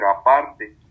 aparte